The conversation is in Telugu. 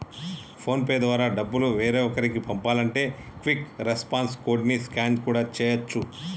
ఫోన్ పే ద్వారా డబ్బులు వేరొకరికి పంపాలంటే క్విక్ రెస్పాన్స్ కోడ్ ని స్కాన్ కూడా చేయచ్చు